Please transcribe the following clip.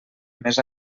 més